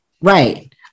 Right